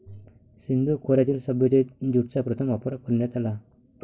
सिंधू खोऱ्यातील सभ्यतेत ज्यूटचा प्रथम वापर करण्यात आला